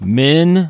men